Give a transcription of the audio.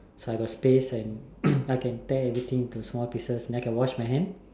so I got space and like I can tear everything into small pieces and I can wash my hand